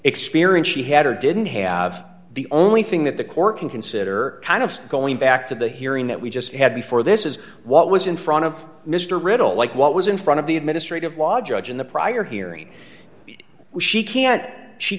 experience she had or didn't have the only thing that the court can consider kind of going back to the hearing that we just had before this is what was in front of mr riddell like what was in front of the administrative law judge in the prior hearing she can't she